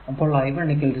അപ്പോൾ I1 0 പിന്നെ I2 0